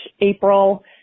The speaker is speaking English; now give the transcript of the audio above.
April